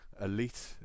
Elite